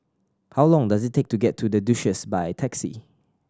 how long does it take to get to The Duchess by taxi